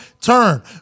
turn